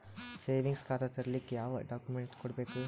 Savings ಖಾತಾ ತೇರಿಲಿಕ ಯಾವ ಡಾಕ್ಯುಮೆಂಟ್ ಕೊಡಬೇಕು?